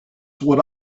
would